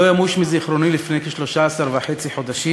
לא ימושו מזיכרוני, לפני כ-13 חודשים